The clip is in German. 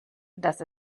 dass